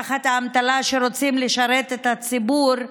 תחת האמתלה שרוצים לשרת את הציבור,